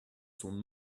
sont